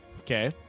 Okay